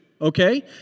okay